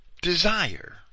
desire